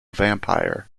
vampire